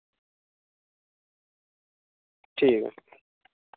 ठीक ऐ